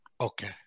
Okay